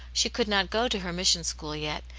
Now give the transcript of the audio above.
she could not go to her mission-school yet,